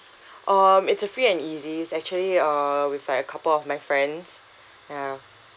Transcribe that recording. um it's a free and easy it's actually err with like a couple of my friends ya